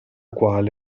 quale